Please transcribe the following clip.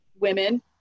women